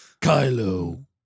Kylo